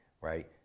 right